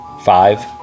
Five